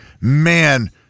Man